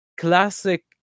classic